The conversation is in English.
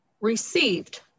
received